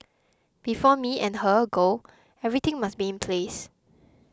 before me and her go everything must be in place